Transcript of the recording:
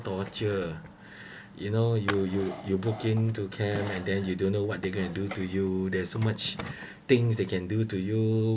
torture you know you you you book in to camp but then you don't know what they're gonna to do to you there's so much things they can do to you